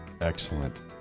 Excellent